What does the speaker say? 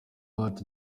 bati